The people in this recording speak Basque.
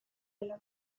gelan